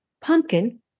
pumpkin